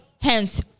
hence